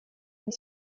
und